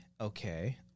okay